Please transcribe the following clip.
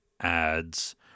ads